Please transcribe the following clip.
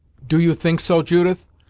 do you think so, judith?